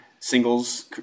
Singles